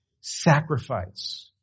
sacrifice